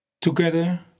Together